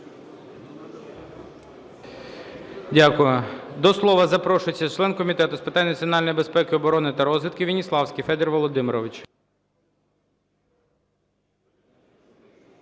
Дякую. До слова запрошується член Комітету з питань національної безпеки, оборони та розвідки Веніславський Федір Володимирович.